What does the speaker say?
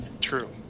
True